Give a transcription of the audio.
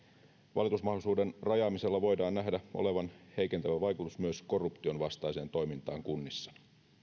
valitusmahdollisuuden rajaamisella voidaan nähdä olevan heikentävä vaikutus myös korruption vastaiseen toimintaan kunnissa